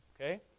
Okay